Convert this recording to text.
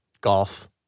Golf